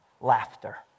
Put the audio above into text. laughter